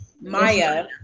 Maya